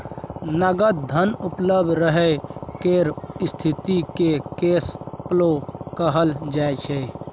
नगद धन उपलब्ध रहय केर स्थिति केँ कैश फ्लो कहल जाइ छै